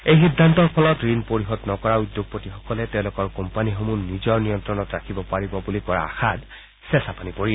এই সিদ্ধান্তৰ ফলত ঋণ পৰিশোধ নকৰা উদ্যোগপতিসকলে তেওঁলোকৰ কোম্পানীসমূহ নিজৰ নিয়ন্ত্ৰণত ৰাখিব পাৰিব বুলি কৰা আশাত চেচাপানী পৰিল